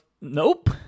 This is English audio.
nope